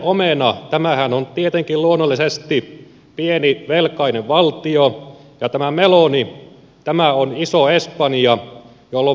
tällainen omenahan on tietenkin luonnollisesti pieni velkainen valtio ja tämä meloni on iso espanja jolla on paljon velkaa